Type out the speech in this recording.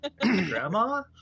Grandma